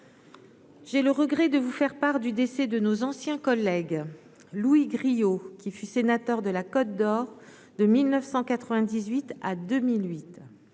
J'ai le regret de vous faire part du décès de nos anciens collègues Louis Grillot, qui fut sénateur de la Côte-d Or, de 1998 à 2008